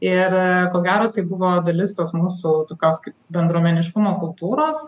ir ko gero tai buvo dalis tos mūsų tokios bendruomeniškumo kultūros